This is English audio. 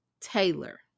taylor